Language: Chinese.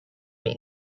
名字